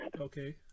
Okay